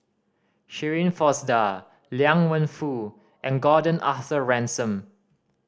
Shirin Fozdar Liang Wenfu and Gordon Arthur Ransome